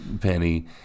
penny